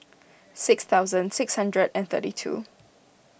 six thousand six hundred and thirty two